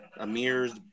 Amir's